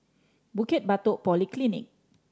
Bukit Batok Polyclinic